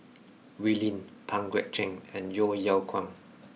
Wee Lin Pang Guek Cheng and Yeo Yeow Kwang